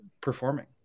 performing